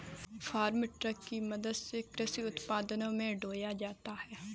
farm truck की मदद से कृषि उत्पादों को ढोया जाता है